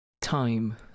time